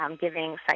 giving